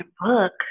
book